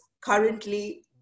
currently